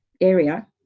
area